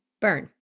Burn